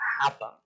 happen